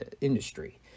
industry